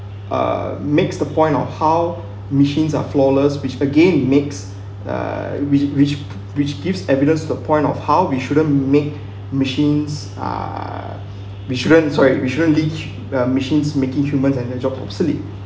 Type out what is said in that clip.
uh makes the point of how machines are flawless which again it makes uh which which which gives evidence to the point of how we shouldn't make machines uh we shouldn't sorry we shouldn't leach uh machine is making humans and their job obsolete